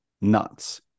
Nuts